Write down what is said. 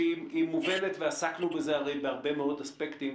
שהיא מובנת ועסקנו בזה הרי בהרבה מאוד אספקטים,